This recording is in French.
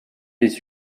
des